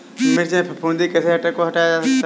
मिर्च में फफूंदी कैसे हटाया जा सकता है?